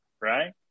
right